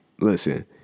listen